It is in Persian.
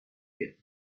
گهخبر